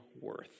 worth